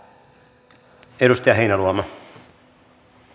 arvoisa puhemies